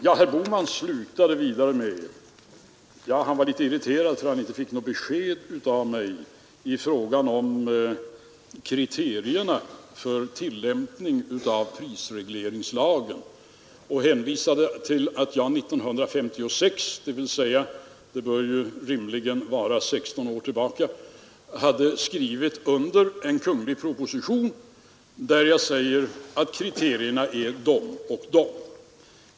Herr Bohman var litet irriterad över att han inte fick något besked av mig i fråga om kriterierna för en tillämpning av prisregleringslagen. Han hänvisade till att jag 1956 — rimligen bör det vara 16 år tillbaka — hade skrivit under en proposition, i vilken jag säger att kriterierna är de och de.